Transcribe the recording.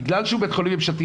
בגלל שהוא בית חולים ממשלתי,